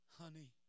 honey